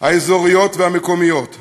האזוריות ובמועצות המקומיות.